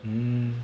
mm